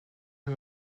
who